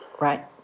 Right